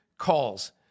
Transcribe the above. calls